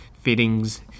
fittings